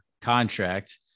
contract